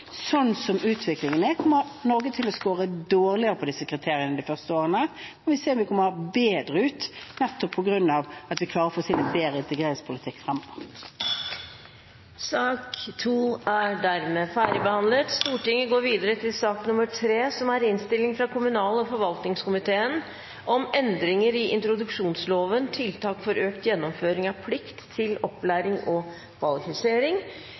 som utviklingen er, kommer Norge til å skåre dårligere med hensyn til disse kriteriene de første årene, men vi vil se at vi kommer bedre ut, nettopp på grunn av at vi klarer å få til en bedre integreringspolitikk fremover. Debatten i sak nr. 2 er dermed